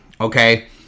okay